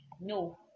no